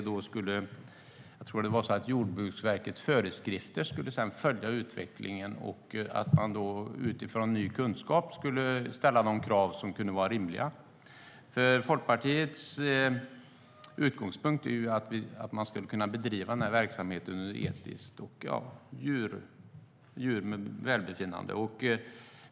Jag tror att Jordbruksverket kan följa utvecklingen och sedan utifrån ny kunskap ställa sådana krav som kan vara rimliga. Folkpartiets utgångspunkt är att man ska kunna bedriva verksamheten med beaktande av djurs välbefinnande.